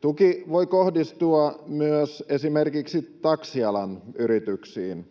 Tuki voi kohdistua myös esimerkiksi taksialan yrityksiin.